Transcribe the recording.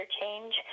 change